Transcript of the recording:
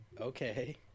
Okay